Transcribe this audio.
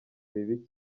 bibi